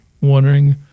wondering